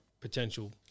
potential